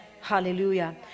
hallelujah